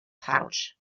pouch